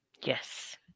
Yes